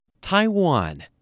Taiwan